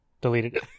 deleted